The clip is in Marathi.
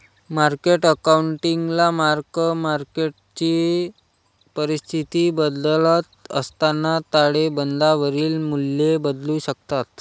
मार्केट अकाउंटिंगला मार्क मार्केटची परिस्थिती बदलत असताना ताळेबंदावरील मूल्ये बदलू शकतात